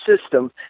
system